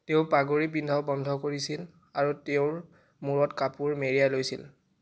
তেওঁ পাগুৰি পিন্ধাও বন্ধ কৰিছিল আৰু তেওঁৰ মূৰত কাপোৰ মেৰিয়াই লৈছিল